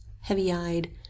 heavy-eyed